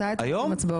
מתי אתם עושים הצבעות?